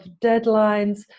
deadlines